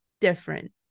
different